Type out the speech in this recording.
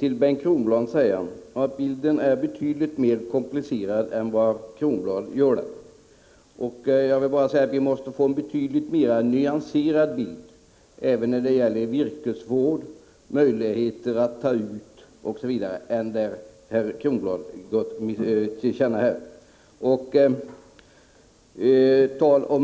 till Bengt Kronblad säga att bilden är betydligt mer komplicerad än som han ger uttryck för. Vi måste få en betydligt mer nyanserad bild även när det gäller virkesvård m.m. än som herr Kronblad ger uttryck för.